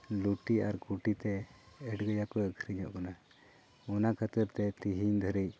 ᱞᱩᱴᱤ ᱟᱨ ᱠᱩᱴᱤᱛᱮ ᱟᱹᱰᱤ ᱡᱟᱜᱭᱟ ᱠᱚᱨᱮ ᱟᱹᱠᱷᱨᱤᱧᱚᱜ ᱠᱟᱱᱟ ᱚᱱᱟ ᱠᱷᱟᱹᱛᱤᱨᱛᱮ ᱛᱮᱦᱮᱧ ᱫᱷᱟᱹᱨᱤᱡ